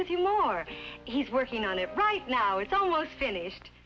with you more he's working on it right now it's almost finished